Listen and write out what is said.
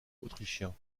autrichien